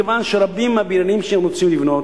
מכיוון שרבים מהבניינים שהם רוצים לבנות,